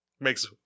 Makes